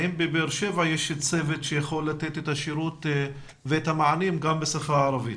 האם בבאר שבע יש צוות שיכול לתת את השירות ואת המענים גם בשפה הערבית?